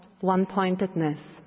one-pointedness